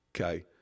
Okay